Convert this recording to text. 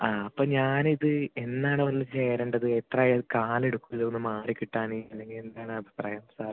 ആ അപ്പം ഞാൻ ഇത് എന്നാണ് വന്ന് ചേരേണ്ടത് എത്രയാണ് കാലം എടുക്കും ഇത് ഒന്ന് മാറി കിട്ടാൻ അല്ലെങ്കിൽ എന്താണ് അഭിപ്രായം സാർ